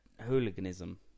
hooliganism